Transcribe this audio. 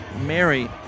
Mary